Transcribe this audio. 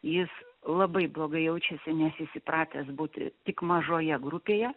jis labai blogai jaučiasi nes jis įpratęs būti tik mažoje grupėje